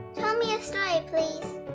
tell me a story, please.